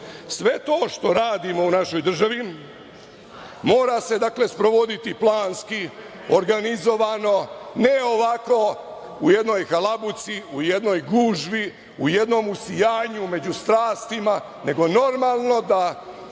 Sve to što radimo u našoj državi mora se sprovoditi planski, organizovano, ne ovako u jednoj halabuci, u jednoj gužvi, u jednom usijanju među strastima, nego normalno da